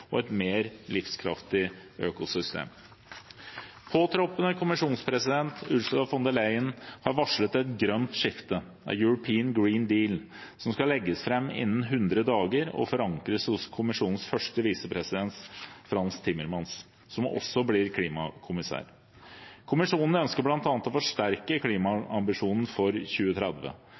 og et mer livskraftig økosystem. Påtroppende kommisjonspresident, Ursula von der Leyen, har varslet et grønt skifte, en «European Green Deal», som skal legges fram innen 100 dager og forankres hos kommisjonens første visepresident, Frans Timmermans, som også blir klimakommissær. Kommisjonen ønsker bl.a. å forsterke klimaambisjonen for 2030.